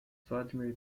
vladimir